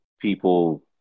people